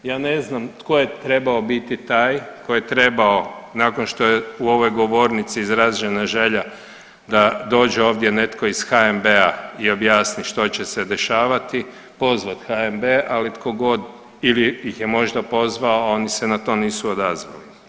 Ja ne znam tko je trebao biti taj koji je trebao nakon što je u ovoj govornici izražena želja da dođe ovdje netko iz HNB-a i objasni što će se dešavati, pozvat HNB, ali tkogod ili ih je možda pozvao, a oni se na to nisu odazvali.